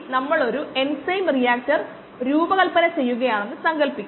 നമ്മൾ ഇവിടെ ഒരു കൂട്ടം ഡാറ്റയാണ് കൈകാര്യം ചെയ്യുന്നതെന്ന് ഓർമ്മിക്കുക